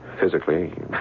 Physically